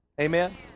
Amen